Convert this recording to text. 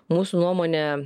mūsų nuomone